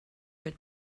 your